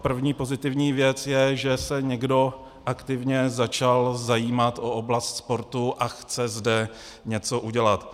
První pozitivní věc je, že se někdo aktivně začal zajímat o oblast sportu a chce zde něco udělat.